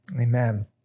Amen